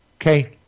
okay